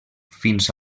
fins